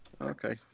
Okay